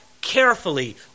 carefully